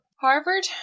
Harvard